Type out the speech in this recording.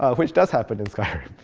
ah which does happen in skyrim.